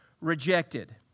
rejected